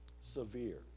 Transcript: Severe